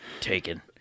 Taken